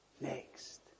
next